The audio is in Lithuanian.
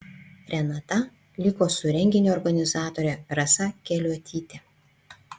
renata liko su renginio organizatore rasa keliuotyte